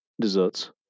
desserts